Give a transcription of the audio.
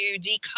decode